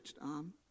arm